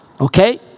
Okay